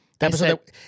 Episode